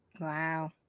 Wow